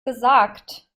gesagt